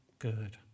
Good